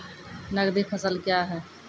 नगदी फसल क्या हैं?